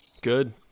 Good